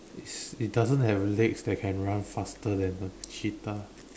yes it doesn't have legs but it runs faster than a cheetah